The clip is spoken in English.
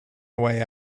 away